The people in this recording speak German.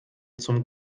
zum